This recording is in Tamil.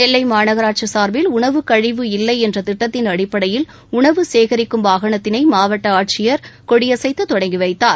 நெல்லை மாநகராட்சி சார்பில் உணவு கழிவு இல்லை என்ற திட்டத்தின் அடிப்படையில் உணவு சேகரிக்கும் வாகனத்தினை மாவட்ட ஆட்சியர் ஷில்பா பிரபாகர் சதீஷ் கொடியசைத்து தொடங்கிவைத்தார்